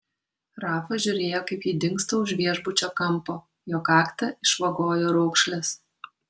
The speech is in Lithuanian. rafa žiūrėjo kaip ji dingsta už viešbučio kampo jo kaktą išvagojo raukšlės